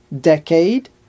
decade